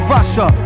Russia